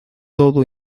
todo